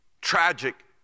tragic